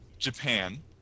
japan